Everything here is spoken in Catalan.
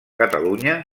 catalunya